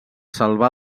salvà